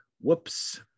Whoops